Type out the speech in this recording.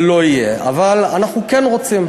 זה לא יהיה, אבל אנחנו כן רוצים.